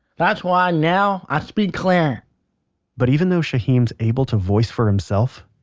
that's why now, i speak clear but even though shaheem's able to voice for himself,